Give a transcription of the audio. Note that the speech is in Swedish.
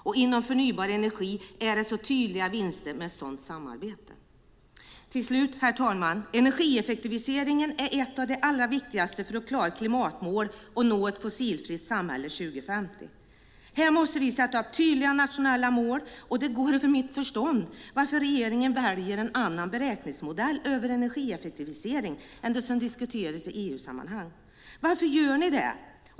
Inom området förnybar energi finns det tydliga vinster med ett sådant samarbete. Herr talman! Energieffektivisering är en av de saker som är allra viktigast för att klara klimatmål och nå ett fossilfritt samhälle 2050. Här måste vi sätta upp tydliga nationella mål. Det övergår mitt förstånd att ni i regeringen väljer en annan beräkningsmodell för energieffektivisering än den som diskuteras i EU-sammanhang. Varför gör ni det?